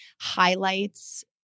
highlights